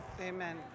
Amen